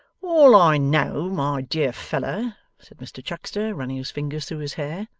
all i know, my dear feller said mr chuckster, running his fingers through his hair,